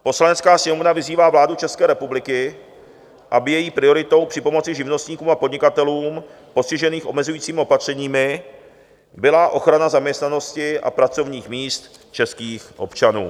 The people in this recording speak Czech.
Poslanecká sněmovna vyzývá vládu České republiky, aby její prioritou při pomoci živnostníkům a podnikatelům postiženým omezujícími opatřeními byla ochrana zaměstnanosti a pracovních míst českých občanů.